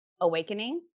awakening